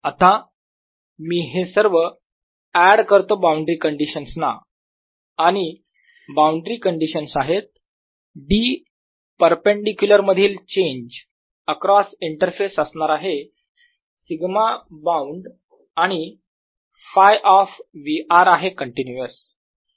आता मी हे सर्व एड करतो बाउंड्री कंडिशन्स ना आणि बाउंड्री कंडिशन्स आहेत D परपेंडीक्युलर मधील चेंज अक्रॉस इंटरफेस असणार आहे σ बाऊंड आणि Φ ऑफ V r आहे कंटीन्यूअस